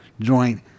joint